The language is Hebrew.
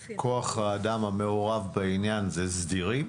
כי כוח האדם המעורב בעניין הוא סדירים,